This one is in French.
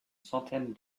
centaine